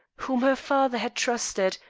whom her father had trusted,